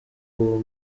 uwo